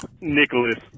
Nicholas